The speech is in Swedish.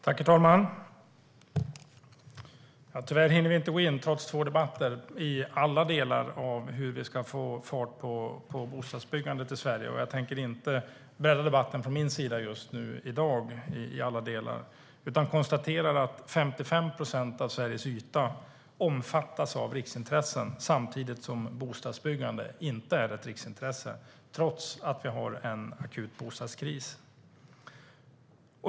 Herr talman! Trots två debatter hinner vi tyvärr inte gå in i alla delar av hur vi ska få fart på bostadsbyggandet i Sverige. Jag tänker inte i dag bredda debatten från min sida i alla delar. Jag konstaterar att 55 procent av Sveriges yta omfattas av riksintressen, samtidigt som bostadsbyggande inte är ett riksintresse - trots en akut bostadskris.